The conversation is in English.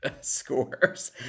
scores